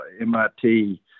MIT